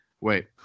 Wait